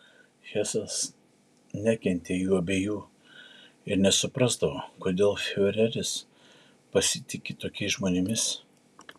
hesas nekentė jų abiejų ir nesuprasdavo kodėl fiureris pasitiki tokiais žmonėmis